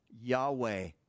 Yahweh